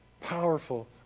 powerful